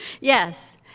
Yes